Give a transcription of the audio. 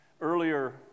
Earlier